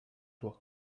loi